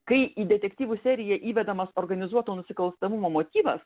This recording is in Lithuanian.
kai į detektyvų seriją įvedamas organizuoto nusikalstamumo motyvas